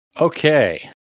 Okay